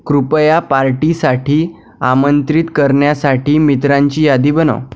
कृपया पार्टीसाठी आमंत्रित करण्यासाठी मित्रांची यादी बनव